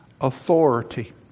authority